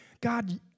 God